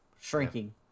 shrinking